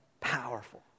powerful